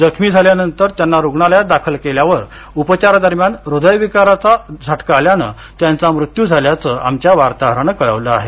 जखमी झाल्यानंतर त्यांना रुग्णालयात दाखल केल्यानंतर उपचारादरम्यान हृदयविकारानं त्यांचा मृत्यू झाल्याचं आमच्या वार्ताहरानं कळवलं आहे